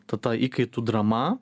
ta ta įkaitų drama